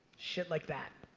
shit like that.